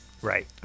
right